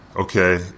Okay